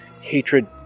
hatred